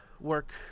work